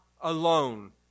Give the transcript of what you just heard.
alone